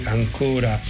ancora